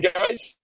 guys